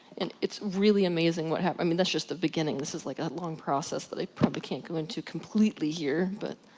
and it's really amazing what happens, i mean that's just the beginning. this is like, a long process that i probably can't go into completely here, but